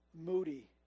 Moody